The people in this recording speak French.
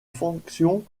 fonction